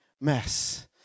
mess